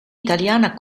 italiana